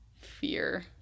fear